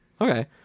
okay